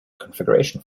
configuration